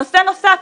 נושא נוסף,